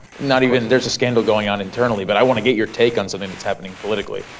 not even there's a scandal going on internally, but i want to get your take on something that's happening politically,